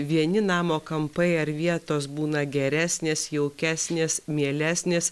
vieni namo kampai ar vietos būna geresnės jaukesnės mielesnės